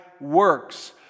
works